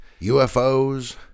UFOs